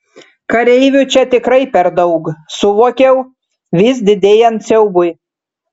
kareivių čia tikrai per daug suvokiau vis didėjant siaubui